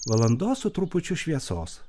valandos su trupučiu šviesos